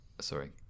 Sorry